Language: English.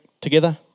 together